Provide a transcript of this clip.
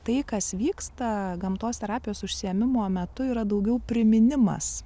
tai kas vyksta gamtos terapijos užsiėmimo metu yra daugiau priminimas